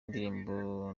indirimbo